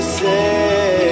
say